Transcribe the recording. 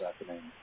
afternoon